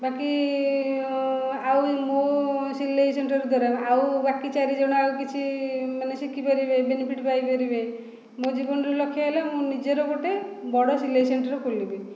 ବାକି ଆଉ ମୁଁ ସିଲେଇ ସେଣ୍ଟର୍ ଦ୍ୱାରା ଆଉ ବାକି ଚାରି ଜଣ ଆଉ କିଛି ମାନେ ଶିଖିପାରିବେ ବେନିଫିଟ୍ ପାଇପାରିବେ ମୋ ଜୀବନର ଲକ୍ଷ ହେଲା ମୁଁ ନିଜର ଗୋଟେ ବଡ଼ ସିଲେଇ ସେଣ୍ଟର ଖୋଲିବି